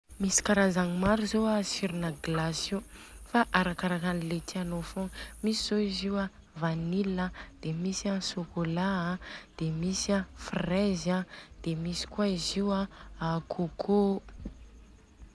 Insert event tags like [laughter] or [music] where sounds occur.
Misy karazagna maro zô a tsirona glace io fa arakarakan'le tianô fogna, misy zô izy Io a vanille an, de misy an chocolat an de misy a fraise an, de misy koa izy Io [hesitation] côcô.